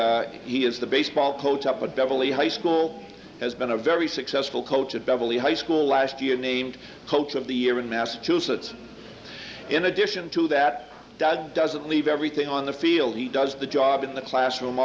he he is the baseball coach up at beverly high school has been a very successful coach at beverly high school last year named coach of the year in massachusetts in addition to that doesn't leave everything on the field he does the job in the classroom